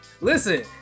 listen